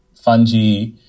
fungi